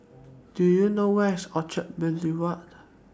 Do YOU know Where IS Orchard Boulevard